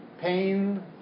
pain